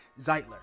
Zeitler